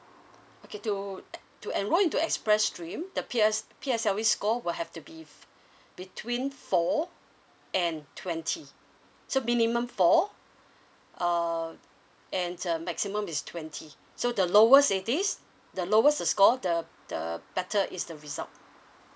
okay to eh to enrol into express stream the P S P_S_L_E score will have to be between four and twenty so minimum four err and uh maximum is twenty so the lowest it is the lowest score the the better is the result